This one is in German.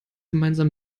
gemeinsam